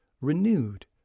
renewed